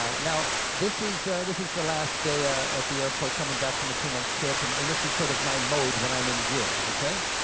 ah now this is, is, this is the last day ah at the airport coming back from a two month trip and and this was sort of my mode when i'm in gear, okay.